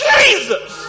Jesus